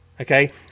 Okay